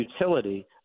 utility